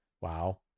Wow